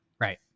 Right